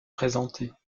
présentées